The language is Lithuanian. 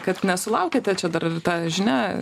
kad nesulaukėte čia dar ir ta žinia